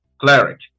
cleric